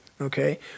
Okay